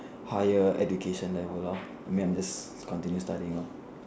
higher education level lor I mean I'm just continue studying lor